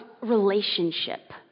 relationship